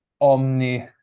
omni